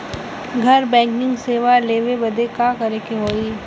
घर बैकिंग सेवा लेवे बदे का करे के होई?